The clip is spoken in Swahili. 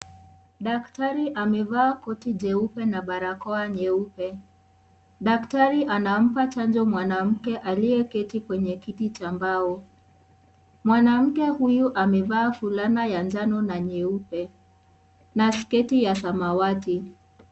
Daktari amevaa koti jeupe na barakoa nyeupe. Daktari anampa chanjo mwanamke aliyeketi kwenye kiti cha mbao, mwanamke huyu amevaa fulana ya njano na nyeupe na sketi ya samawati.